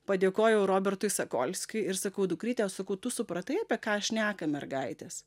padėkojau robertui sakolskiui ir sakau dukryte sakau tu supratai apie ką šneka mergaitės